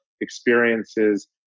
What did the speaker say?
experiences